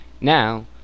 Now